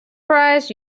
price